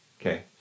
Okay